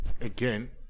Again